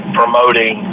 promoting